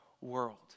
world